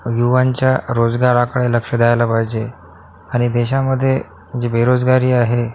युवांच्या रोजगाराकडे लक्ष द्यायला पाहिजे आणि देशामध्ये जी बेरोजगारी आहे